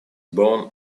born